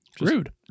rude